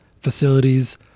facilities